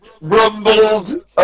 Rumbled